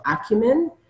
acumen